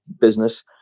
business